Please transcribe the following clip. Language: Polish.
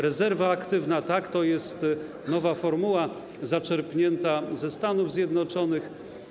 Rezerwa aktywna to jest nowa formuła zaczerpnięta ze Stanów Zjednoczonych.